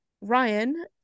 Ryan